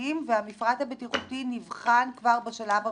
המסיעים והמפרט הבטיחותי נבחן כבר בשלב המכרזי.